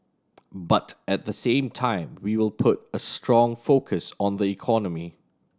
but at the same time we will put a strong focus on the economy